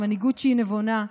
נבונה,